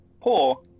poor